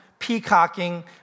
peacocking